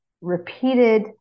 repeated